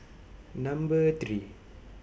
Number three